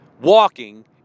Walking